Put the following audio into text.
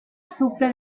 sufre